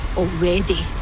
already